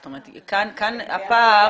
זאת אומרת, כאן הפער